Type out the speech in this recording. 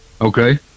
Okay